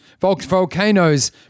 volcanoes